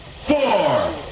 Four